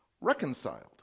reconciled